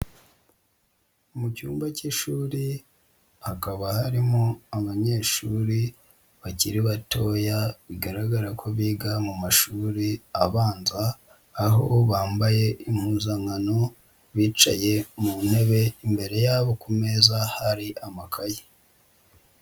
Mu cyumba cy'ishuri, hakaba harimo abanyeshuri bakiri batoya bigaragara ko biga mu mashuri abanza, aho bambaye impuzankano, bicaye mu ntebe imbere yabo ku meza hari amakaye.